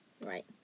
Right